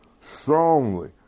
strongly